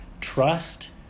trust